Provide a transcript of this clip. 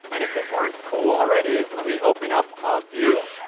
and if this weren't cool already, let me open up view,